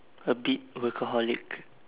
a bit workaholic